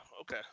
okay